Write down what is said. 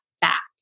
back